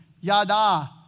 Yada